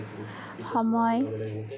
সময়